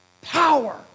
power